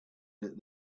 that